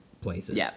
places